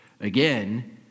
Again